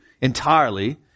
entirely